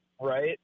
Right